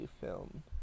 film